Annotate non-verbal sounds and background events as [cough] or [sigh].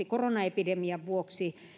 [unintelligible] koronaepidemian vuoksi